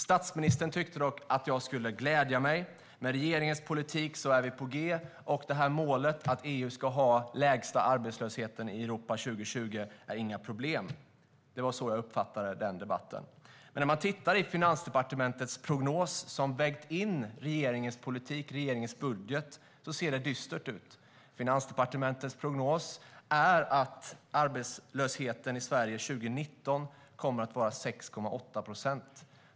Statsministern tyckte dock att jag skulle glädja mig. Med regeringens politik är vi på g, och målet att Sverige ska ha den lägsta arbetslösheten i Europa 2020 är inga problem. Det var så jag uppfattade den debatten. Om man tittar i Finansdepartementets prognos, som har vägt in regeringens politik och regeringens budget, ser det dystert ut. Finansdepartementets prognos är att arbetslösheten i Sverige 2019 kommer att vara 6,8 procent.